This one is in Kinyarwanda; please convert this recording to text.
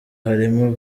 harimo